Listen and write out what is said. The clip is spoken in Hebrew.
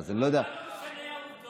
מה זה משנה העובדות?